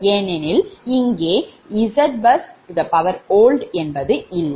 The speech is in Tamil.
ஏனெனில் இங்கே ZBus OLD இல்லை